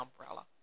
umbrella